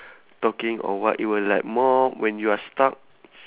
talking or what it will like more when you are stuck